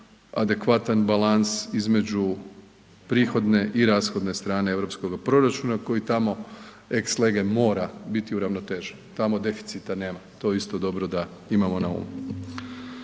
adekvatan balans između prihodne i rashodne strane europskoga proračuna koji tamo ex lege mora biti uravnotežen, tamo deficita nema, to je isto dobro da imamo na umu.